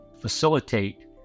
facilitate